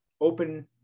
open